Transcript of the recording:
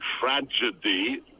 tragedy